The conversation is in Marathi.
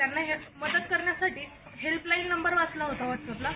त्यांना मदत करण्यासाठी हेल्पलाईन नंबर वाचला होता वॉटस अॅपवर